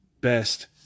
best